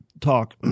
Talk